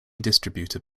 distributed